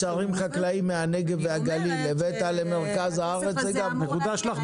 חקלאיים מהנגב והגליל למרכז הארץ זה גם מבורך.